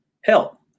help